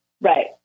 Right